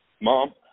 Mom